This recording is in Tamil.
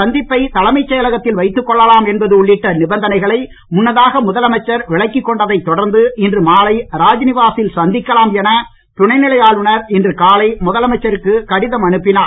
சந்திப்பை தலைமைச் செயலகத்தில் வைத்துக் கொள்ளலாம் என்பது உள்ளிட்ட நிபந்தனைகளை முன்னதாக முதலமைச்சர் விலக்கிக் கொண்டதைத் தொடர்ந்து இன்று மாலை ராஜ்நிவாசில் சந்திக்கலாம் என துணை நிலை ஆளுநர் இன்று காலை முதலமைச்சருக்கு கடிதம் அனுப்பினார்